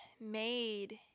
made